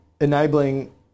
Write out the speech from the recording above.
enabling